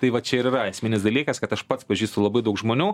tai va čia ir yra esminis dalykas kad aš pats pažįstu labai daug žmonių